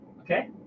okay